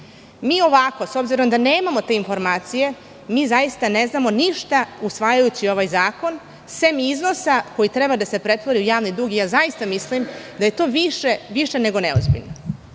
ovako, s obzirom da nemamo te informacije, mi zaista ne znamo ništa usvajajući ovaj zakon, sem iznosa koji treba da se pretvori u javni dug. Zaista mislim da je to više nego neozbiljno. Mislim